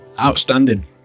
Outstanding